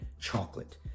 chocolate